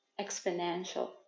exponential